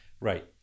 Right